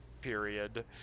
period